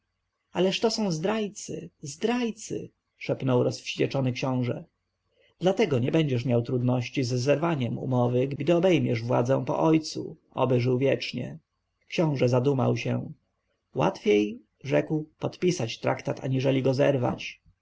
ależ to są zdrajcy zdrajcy szeptał rozwścieczony książę dlatego nie będziesz miał trudności z zerwaniem umowy gdy obejmiesz władzę po ojcu oby żył wiecznie książę zadumał się łatwiej rzekł podpisać traktat aniżeli go zerwać